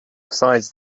besides